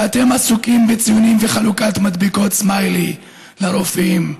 ואתם עסוקים בציונים ובחלוקת מדבקות סמיילי לרופאים.